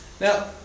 Now